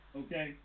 okay